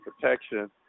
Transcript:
protection